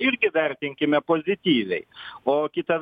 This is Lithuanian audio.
irgi vertinkime pozityviai o kita